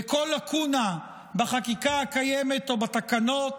וכל לקונה בחקיקה הקיימת או בתקנות